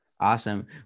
Awesome